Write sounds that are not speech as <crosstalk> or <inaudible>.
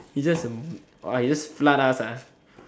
he just <noise> he just flood us ah